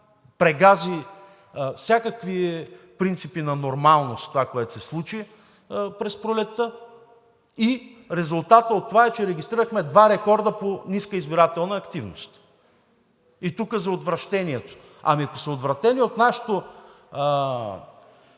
прегази всякакви принципи на нормалност това, което се случи през пролетта. Резултатът от това е, че регистрирахме два рекорда по ниска избирателна активност. И тук за отвращението. Ами, ако са отвратени от нашето